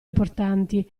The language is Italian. importanti